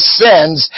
sins